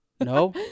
no